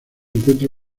encuentra